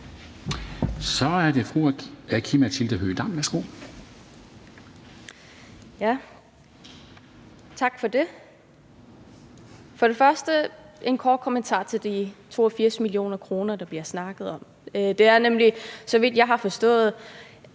Tak for det. Først har jeg en kort kommentar til de 82 mio. kr., der bliver snakket om. Det er nemlig, så vidt jeg har forstået,